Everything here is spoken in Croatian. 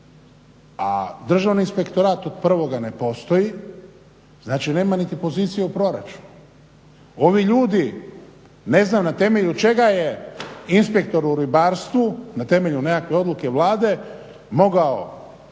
a Državni inspektorat od prvoga ne postoji. Znači nema niti pozicije u proračunu. Ovi ljudi ne znam na temelju čega je inspektor u ribarstvu na temelju nekakve odluke Vlade mogao